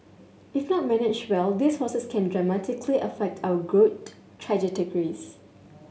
if not managed well these forces can dramatically affect our growth trajectories